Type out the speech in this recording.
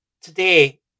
today